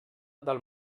del